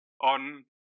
on